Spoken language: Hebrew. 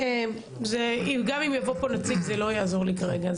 גם אם יבוא פה נציג זה לא יעזור לי כרגע,